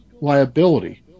liability